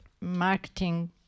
marketing